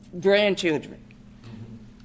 grandchildren